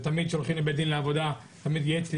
ותמיד כשהולכים לבית הדין לעבודה עו"ד תמיד ייעץ לי